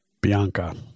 Bianca